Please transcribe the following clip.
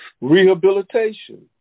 Rehabilitation